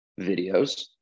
videos